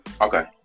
Okay